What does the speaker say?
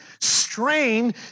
strain